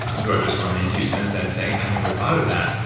um who i've just run into since then saying, i never thought of that,